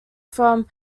from